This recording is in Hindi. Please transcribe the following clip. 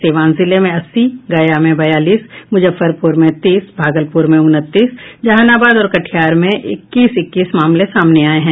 सिवान जिले में अस्सी गया में बयालीस मुजफ्फरपुर में तीस भागलपुर में उनतीस जहानाबाद और कटिहार में इक्कीस इक्कीस मामले सामने आये हैं